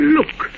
Look